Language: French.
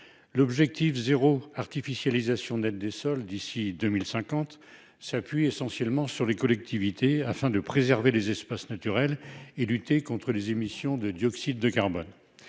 l'objectif de zéro artificialisation nette des sols d'ici à 2050 s'appuie essentiellement sur les collectivités, afin de préserver les espaces naturels et de lutter contre les émissions de dioxyde de carbone.